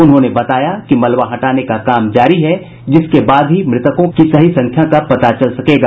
उन्होंने बताया कि मलवा हटाने का काम जारी है जिसके बाद ही मृतकों की सही संख्या का पता चल सकेगा